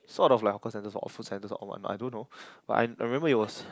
sort of like hawker centres or food centres or what not I don't know but I I remember it was